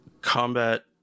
combat